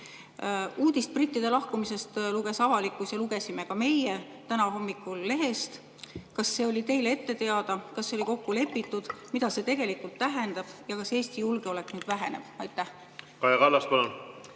Uudist brittide lahkumisest luges avalikkus ja lugesime ka meie täna hommikul lehest. Kas see oli teile ette teada? Kas see oli kokku lepitud? Mida see tegelikult tähendab ja kas Eesti julgeolek nüüd väheneb? Aitäh, hea eesistuja!